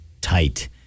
tight